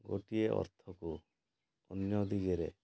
ଗୋଟିଏ ଅର୍ଥକୁ ଅନ୍ୟ ଦିଗରେ